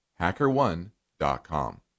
HackerOne.com